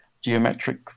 geometric